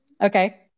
Okay